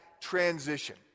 transition